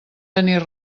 tenir